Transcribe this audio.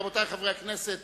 רבותי חברי הכנסת,